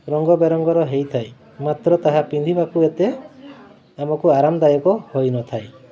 ରଙ୍ଗବେରଙ୍ଗର ହେଇଥାଏ ମାତ୍ର ତାହା ପିନ୍ଧିବାକୁ ଏତେ ଆମକୁ ଆରାମଦାୟକ ହୋଇନଥାଏ